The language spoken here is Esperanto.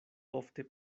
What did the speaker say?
ofte